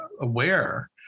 aware